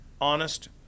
honest